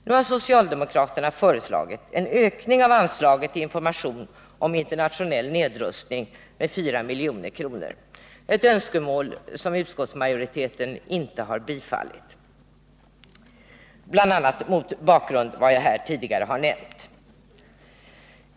Nu har socialdemokraterna föreslagit en ökning av anslaget till information om internationell nedrustning med 4 milj.kr. Utskottsmajoriteten har inte tillstyrkt detta önskemål, bl.a. mot bakgrund av vad jag tidigare här har 113 nämnt.